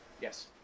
yes